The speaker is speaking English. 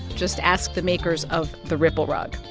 just ask the makers of the ripple rug.